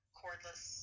cordless